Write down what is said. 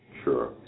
Sure